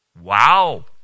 Wow